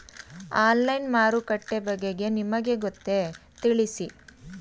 Online ಮಾರುಕಟ್ಟೆ ಬಗೆಗೆ ನಿಮಗೆ ಗೊತ್ತೇ? ತಿಳಿಸಿ?